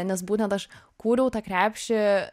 nes būtent aš kūriau tą krepšį